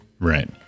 Right